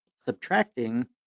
subtracting